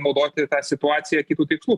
naudoti tą situaciją kitų tikslų